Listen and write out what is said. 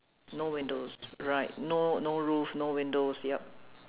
no windows right no no roof no windows yup